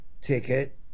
ticket